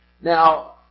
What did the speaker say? Now